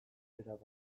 erabat